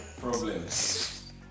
problems